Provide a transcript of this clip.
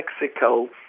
Mexico